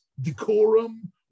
decorum